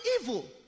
evil